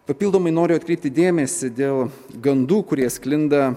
papildomai noriu atkreipti dėmesį dėl gandų kurie sklinda